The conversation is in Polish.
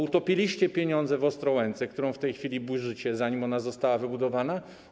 Utopiliście pieniądze w Ostrołęce, którą w tej chwili burzycie, zanim została wybudowana.